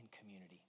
community